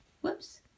Whoops